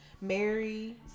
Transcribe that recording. Mary